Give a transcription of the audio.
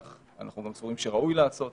כך אנחנו גם סבורים שראוי לעשות.